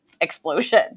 explosion